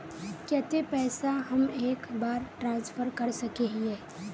केते पैसा हम एक बार ट्रांसफर कर सके हीये?